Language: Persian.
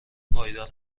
پایدار